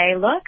look